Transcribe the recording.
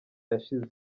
yashize